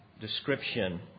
description